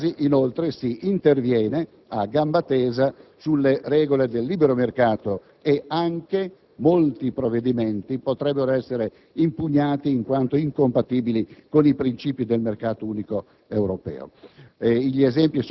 In molti casi, inoltre, si interviene a gamba tesa sulle regole del libero mercato e molte norme potrebbero essere impugnate in quanto incompatibili con i principi del mercato unico europeo.